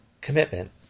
commitment